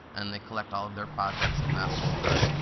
and they collect all of their projects in that folder.